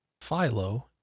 Philo